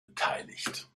beteiligt